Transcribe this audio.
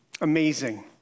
amazing